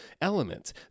element